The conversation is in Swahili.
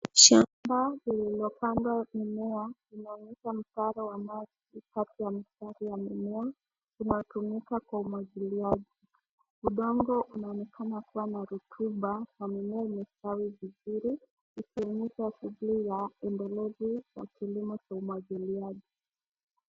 Shamba lililopandwa mimea inaonyesha mstari ya maji kati ya mistari ya mimea inayotumika kwa umwagiliaji. Udongo unaonekana kuwa na rutuba na mimea imestawi vizuri ikionyesha shughuli za endelevu wa kilimo cha umwagiliaji.